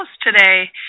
today